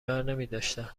برنمیداشتن